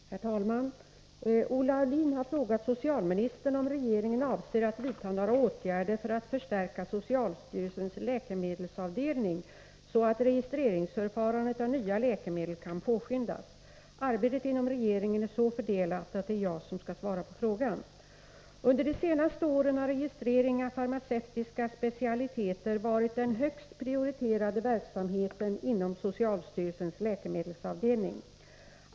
Herr talman! Olle Aulin har frågat socialministern om regeringen avser att vidta några åtgärder för att förstärka socialstyrelsens läkemedelsavdelning, så att registreringen av nya läkemedel kan påskyndas. Arbetet inom regringen är så fördelat att det är jag som skall svara på frågan. Under de senaste åren har registrering av farmaceutiska specialiteter varit den högst prioriterade verksamheten inom socialstyrelsens läkemedelsavdelning.